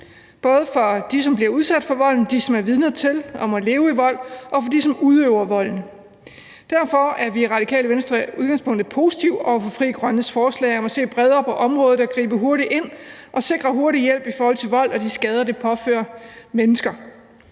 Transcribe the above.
både for dem, som bliver udsat for volden, for dem, som er vidner til og må leve i vold, og for dem, som udøver volden. Derfor er vi i Radikale Venstre i udgangspunktet positive over for Frie Grønnes forslag om at se bredere på området og gribe hurtigt ind og sikre hurtig hjælp i forbindelse med vold og de skader, den påfører mennesker.